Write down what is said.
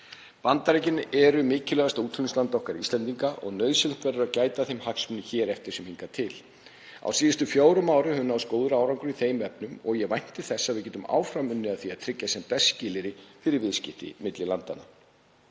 Bandaríkin eru mikilvægasta útflutningsland okkar Íslendinga og nauðsynlegt verður að gæta að þeim hagsmunum hér eftir sem hingað til. Á síðustu fjórum árum hefur náðst góður árangur í þeim efnum og ég vænti þess að við getum áfram unnið að því að tryggja sem best skilyrði fyrir viðskipti milli landanna.